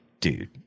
dude